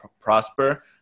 prosper